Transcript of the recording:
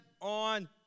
on